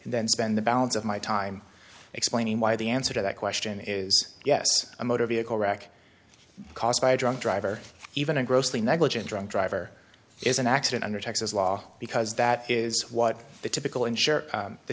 and then spend the balance of my time explaining why the answer to that question is yes a motor vehicle wreck caused by a drunk driver even a grossly negligent drunk driver is an accident under texas law because that is what the typical